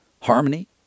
harmony